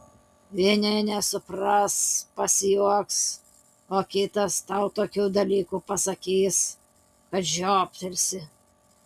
vieni nesupras pasijuoks o kitas tau tokių dalykų pasakys kad žioptelsi